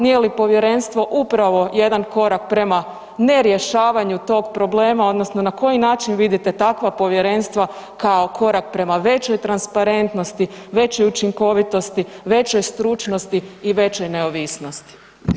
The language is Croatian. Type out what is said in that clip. Nije li povjerenstvo upravo jedan korak prema nerješavanju tog problema odnosno na koji način vidite takva povjerenstva kao korak prema većoj transparentnosti, većoj učinkovitosti, većoj stručnosti i većoj neovisnosti?